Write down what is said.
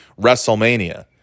WrestleMania